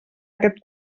aquest